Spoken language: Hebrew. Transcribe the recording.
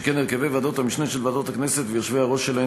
שכן הרכבי ועדות המשנה של ועדות הכנסת והיושבים-ראש שלהן